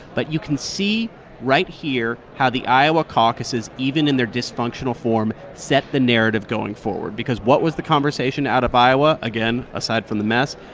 but you can see right here how the iowa caucuses, even in their dysfunctional form, set the narrative going forward, because what was the conversation out of iowa? again, aside from the mess,